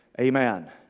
amen